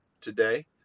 today